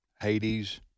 Hades